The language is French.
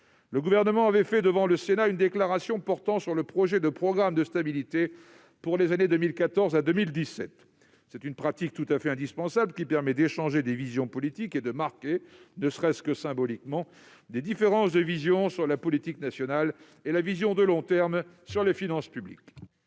la Constitution, avait fait devant le Sénat une déclaration portant sur le projet de programme de stabilité 2014-2017. C'est une pratique tout à fait indispensable, qui permet d'échanger des visions politiques et de marquer, ne serait-ce que symboliquement, des différences de vision sur la politique nationale et sur la conception à long terme des finances publiques.